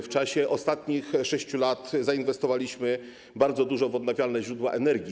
W czasie ostatnich 6 lat zainwestowaliśmy bardzo dużo w odnawialne źródła energii.